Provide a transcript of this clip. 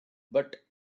but